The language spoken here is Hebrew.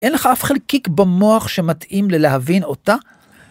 אין לך אף חלקיק במוח שמתאים ללהבין אותה?